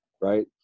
right